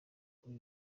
kuri